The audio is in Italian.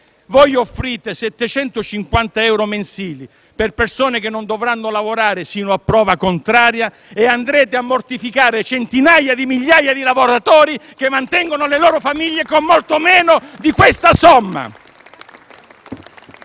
Voi offrite 750 euro mensili a persone che non dovranno lavorare, sino a prova contraria, e andrete a mortificare centinaia di migliaia di lavoratori che mantengono le loro famiglie con una somma